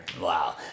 Wow